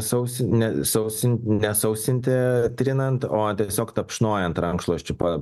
sausin ne sausin nesausinti trinant o tiesiog tapšnojant rankšluosčiu pa